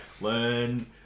learn